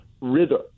rhythm